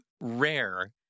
rare